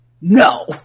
no